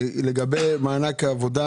לגבי מענק העבודה,